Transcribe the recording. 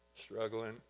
struggling